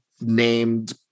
named